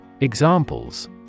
Examples